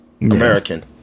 American